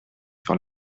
sur